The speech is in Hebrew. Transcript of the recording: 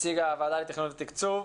נציג הוועדה לתכנון ותקצוב.